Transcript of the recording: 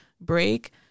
break